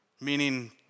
meaning